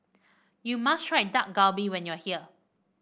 you must try Dak Galbi when you are here